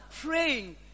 praying